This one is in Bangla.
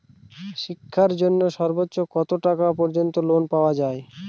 শিক্ষার জন্য সর্বোচ্চ কত টাকা পর্যন্ত লোন পাওয়া য়ায়?